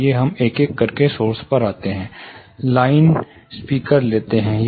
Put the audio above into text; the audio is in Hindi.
आइए हम एक एक करके सोर्स पर आते हैं लाइन लाइन स्पीकर लेते हैं